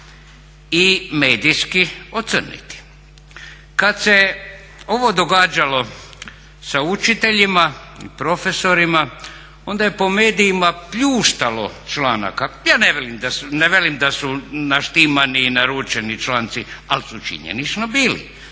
i medijski ocrniti. Kad se ovo događalo sa učiteljima i profesorima onda je po medijima pljuštalo članaka. Ja ne velim da su naštimani i naručeni članci ali su činjenično bili.